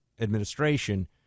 administration